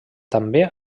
també